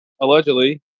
allegedly